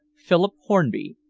philip hornby,